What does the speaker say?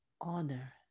honor